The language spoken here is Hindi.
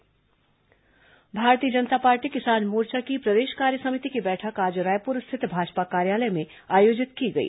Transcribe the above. भाजपा किसान मोर्चा बैठक भारतीय जनता पार्टी किसान मोर्चा की प्रदेश कार्यसमिति की बैठक आज रायपुर स्थित भाजपा कार्यालय में आयोजित की गई